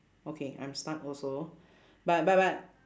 okay I'm stuck also but but but